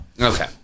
Okay